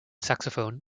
saxophone